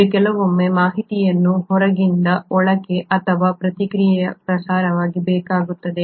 ಇದು ಕೆಲವೊಮ್ಮೆ ಮಾಹಿತಿಯನ್ನು ಹೊರಗಿನಿಂದ ಒಳಕ್ಕೆ ಅಥವಾ ಪ್ರತಿಯಾಗಿ ಪ್ರಸಾರ ಮಾಡಬೇಕಾಗುತ್ತದೆ